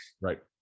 right